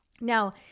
Now